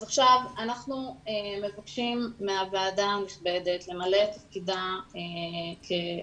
אז עכשיו אנחנו מבקשים מהוועדה הנכבדת למלא את תפקידה כרשות